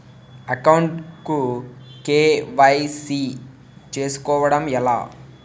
Account కు KYC చేసుకోవడం ఎలా?